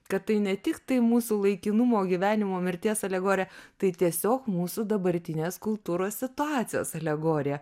kad tai ne tik tai mūsų laikinumo gyvenimo mirties alegorija tai tiesiog mūsų dabartinės kultūros situacijos alegorija